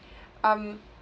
um